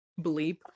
bleep